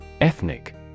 Ethnic